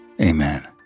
Amen